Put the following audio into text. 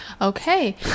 Okay